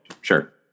Sure